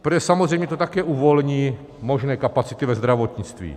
Protože samozřejmě to také uvolní možné kapacity ve zdravotnictví.